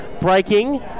breaking